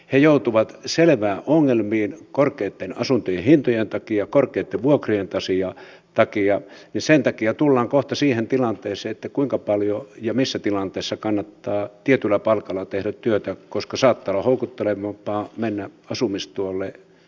he joutuvat selviin ongelmiin asuntojen korkeitten hintojen takia korkeitten vuokrien takia ja sen takia tullaan kohta siihen tilanteeseen että kuinka paljon ja missä tilanteessa kannattaa tietyllä palkalla tehdä työtä koska saattaa olla houkuttelevampaa mennä asumistuelle ja toimeentulotuelle